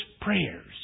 prayers